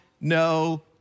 no